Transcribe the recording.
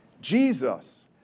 Jesus